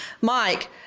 Mike